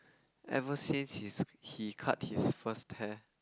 ever since he's he cut his first hair